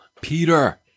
Peter